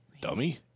Dummy